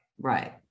Right